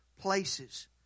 places